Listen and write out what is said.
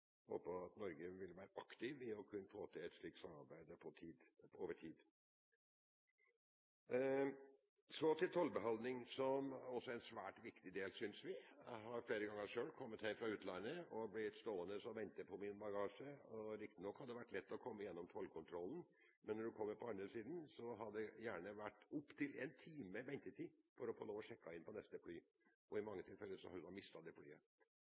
håper at Norge vil være aktiv når det gjelder å få i gang et slikt samarbeid framover. Så til tollbehandling, som vi også synes er en svært viktig sak. Jeg har selv flere ganger kommet hjem fra utlandet og blitt stående og vente på min bagasje. Riktignok har det vært lett å komme gjennom tollkontrollen, men når du kommer på den andre siden, har det gjerne vært opptil én time ventetid før du får lov til å sjekke inn på neste fly, og i mange tilfeller har du da mistet det flyet.